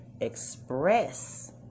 express